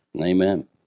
Amen